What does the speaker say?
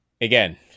Again